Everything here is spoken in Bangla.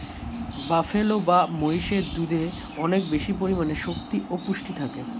বাফেলো বা মহিষের দুধে অনেক বেশি পরিমাণে শক্তি ও পুষ্টি থাকে